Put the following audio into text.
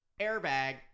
airbag